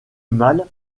mal